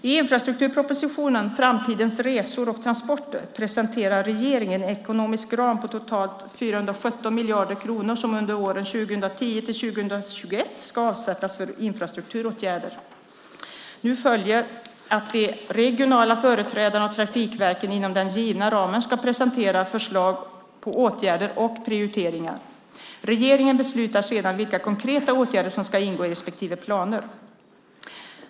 I infrastrukturpropositionen Framtidens resor och transporter presenterar regeringen en ekonomisk ram på totalt 417 miljarder kronor som under åren 2010-2021 ska avsättas för infrastrukturåtgärder. Nu följer att de regionala företrädarna och trafikverken inom den givna ramen ska presentera förslag på åtgärder och prioriteringar. Regeringen beslutar sedan vilka konkreta åtgärder som ska ingå i respektive planer.